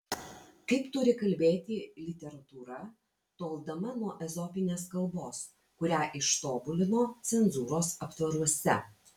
kaip turi kalbėti literatūra toldama nuo ezopinės kalbos kurią ištobulino cenzūros aptvaruose